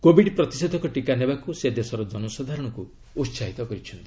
covid ପ୍ରତିଷେଧକ ଟିକା ନେବାକୁ ସେ ଦେଶର ଜନସାଧାରଣଙ୍କୁ ଉତ୍ସାହିତ କରିଛନ୍ତି